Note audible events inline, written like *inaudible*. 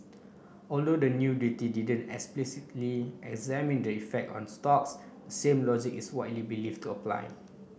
although the new *unintelligible* didn't explicitly examine the effect on stocks same logic is widely believed to apply